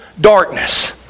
darkness